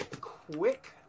Quick